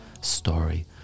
story